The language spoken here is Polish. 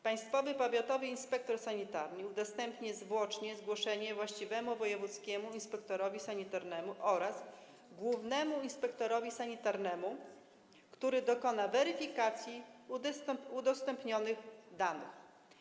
Państwowy powiatowy inspektor sanitarny udostępni niezwłocznie to zgłoszenie właściwemu wojewódzkiemu inspektorowi sanitarnemu oraz głównemu inspektorowi sanitarnemu, który dokona weryfikacji udostępnionych danych.